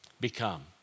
become